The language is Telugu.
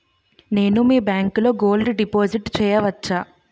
నేను మీ బ్యాంకులో గోల్డ్ డిపాజిట్ చేయవచ్చా?